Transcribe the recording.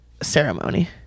ceremony